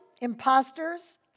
imposters